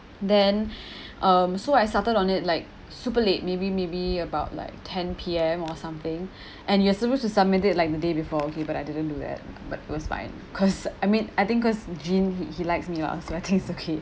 then um so I started on it like super late maybe maybe about like ten P_M or something and you're supposed to submit it like the day before okay but I didn't do that but it was fine cause I mean I think cause jean he he likes me lah so I think it's okay